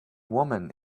woman